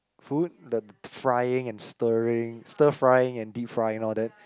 food the the frying and stirring stir frying and deep frying all that